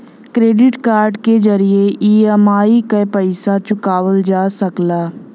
credit card के जरिये EMI क पइसा चुकावल जा सकला